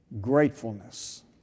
Gratefulness